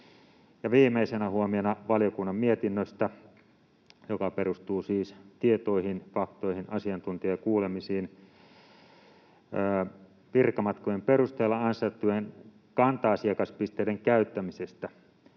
viimeisenä huomiona valiokunnan mietinnöstä, joka perustuu siis tietoihin, faktoihin, asiantuntijakuulemisiin: Virkamatkojen perusteella ansaittujen kanta-asiakaspisteiden käyttämisestä